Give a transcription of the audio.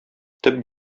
төп